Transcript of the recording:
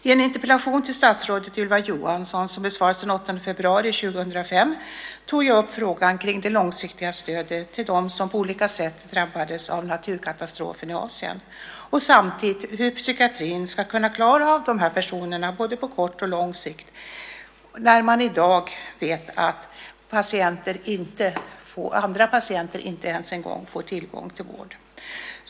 I en interpellation till statsrådet Ylva Johansson, som besvarades den 8 februari 2005, tog jag upp frågan om det långsiktiga stödet till dem som på olika sätt drabbades av naturkatastrofen i Asien. Samtidigt frågade jag hur psykiatrin ska klara av dessa personer, både på kort och på lång sikt, när vi vet att inte ens övriga patienter i dag får tillgång till vård.